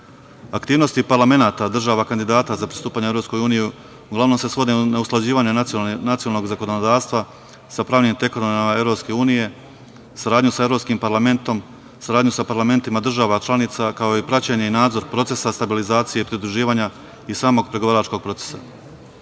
Aktivnosti parlamenata država kandidata za pristupanje EU, uglavnom se svodi na usklađivanje nacionalnog zakonodavstva, sa pravnim tekovinama EU, saradnju sa Evropskim parlamentom, saradnju sa parlamentima država članica, kao i praćenje i nadzor procesa stabilizacije pridruživanja i samog pregovaračkog